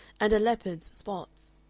and a leopard's spots.